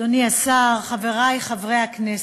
אדוני השר, חברי חברי הכנסת,